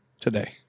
today